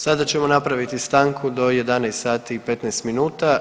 Sada ćemo napraviti stanku do 11 sati i 15 minuta.